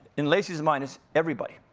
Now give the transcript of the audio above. in lacy's mind, it's everybody.